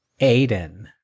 aiden